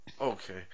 Okay